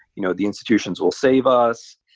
you know the institutions will save us.